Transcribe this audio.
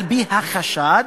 על-פי החשד,